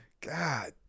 God